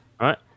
right